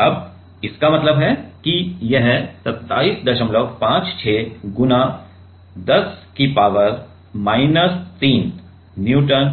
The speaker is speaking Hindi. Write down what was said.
अब इसका मतलब है कि यह 2756 गुणा 10 पावर माइनस 3 न्यूटन